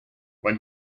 when